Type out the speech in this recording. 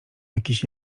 jakiś